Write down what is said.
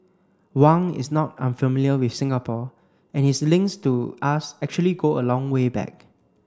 Wang is not unfamiliar with Singapore and his links to us actually go a long way back